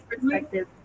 perspective